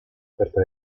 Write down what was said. oferta